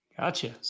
Gotcha